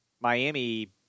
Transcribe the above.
Miami